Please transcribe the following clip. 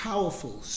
Powerful